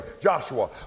Joshua